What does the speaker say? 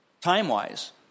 time-wise